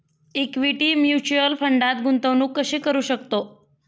Equity mutual फंडात गुंतवणूक कशी करू शकतो?